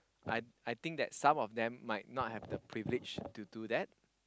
I I think that some of them might not have the privilege to do that